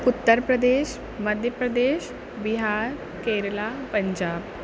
Uttar Pradesh Madhya Pradesh Bihar Kerala Punjab